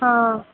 ହଁ